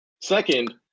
second